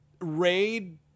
Raid